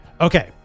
Okay